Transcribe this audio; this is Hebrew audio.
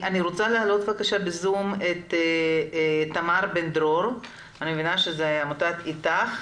אני רוצה להעלות ב-זום את תמר בן דרור מעמותת איתך,